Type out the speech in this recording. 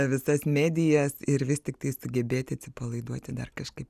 visas medijas ir vis tiktai sugebėti atsipalaiduoti dar kažkaip